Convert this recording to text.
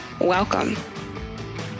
welcome